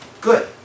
Good